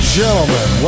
gentlemen